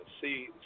see